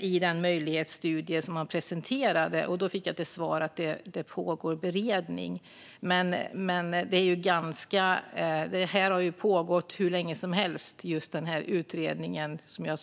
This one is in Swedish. i den möjlighetsstudie man presenterade. Jag fick till svar att beredning pågår, men den har ju pågått hur länge som helst. Det har varit utredning på utredning.